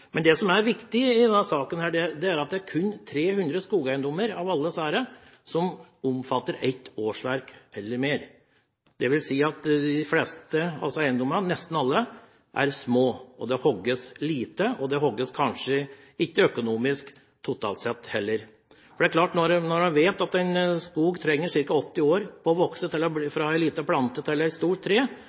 Men det som er viktig i denne saken, er at det kun er 300 av alle disse skogeiendommene som omfatter ett årsverk eller mer. Det vil si at de fleste eiendommene – nesten alle – er små, og det hogges lite, og det hogges kanskje ikke økonomisk totalt sett heller. Når en vet at en skog trenger ca. 80 år på å vokse fra en liten plante til et stort tre,